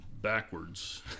backwards